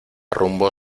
rumbo